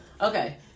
Okay